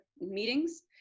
meetings